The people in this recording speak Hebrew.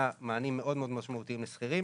מענים מאוד מאוד משמעותיים לשכירים,